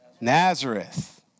Nazareth